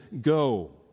go